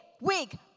week